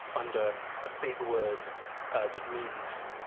under a big word that means